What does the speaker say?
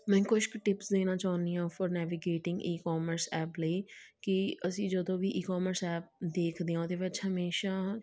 ਮੈਂ ਕੁਝ ਕੁ ਟਿਪਸ ਦੇਣਾ ਚਾਹੁੰਦੀ ਹਾਂ for navigating e commerce app ਲਈ ਕਿ ਅਸੀਂ ਜਦੋਂ ਵੀ ਈ ਕੌਮਰਸ ਐਪ ਦੇਖਦੇ ਹਾਂ ਉਹਦੇ ਵਿੱਚ ਹਮੇਸ਼ਾ